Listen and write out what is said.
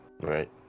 Right